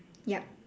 yup